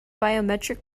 biometric